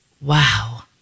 wow